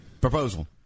Proposal